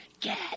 get